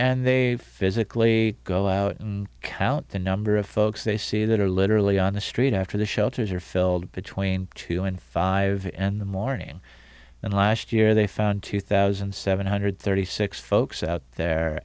and they physically go out and count the number of folks they see that are literally on the street after the shelters are filled between two and five and the morning and last year they found two thousand seven hundred thirty six folks out there